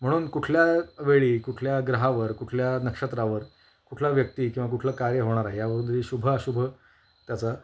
म्हणून कुठल्या वेळी कुठल्या ग्रहावर कुठल्या नक्षत्रावर कुठल्या व्यक्ती किंवा कुठलं कार्य होणार आहे या बद्दलही शुभ अशुभ याचा